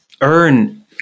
earn